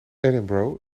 edinburg